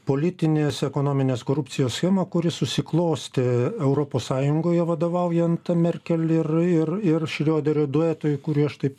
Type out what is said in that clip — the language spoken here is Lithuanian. politinės ekonominės korupcijos schemą kuri susiklostė europos sąjungoje vadovaujant merkel ir ir ir šrioderio duetui kurį aš taip